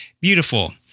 beautiful